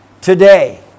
today